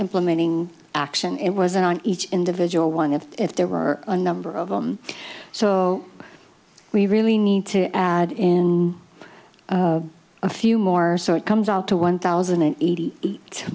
implementing action it wasn't on each individual one of if there were a number of them so we really need to add in a few more sort comes out to one thousand and eighty